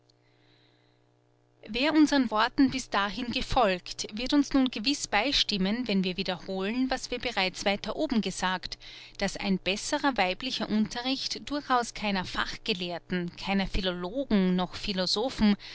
wer unsern worten bis dahin gefolgt wird uns nun gewiß beistimmen wenn wir wiederholen was wir bereits weiter oben gesagt daß ein besserer weiblicher unterricht durchaus keiner fachgelehrten keiner philologen noch philosophen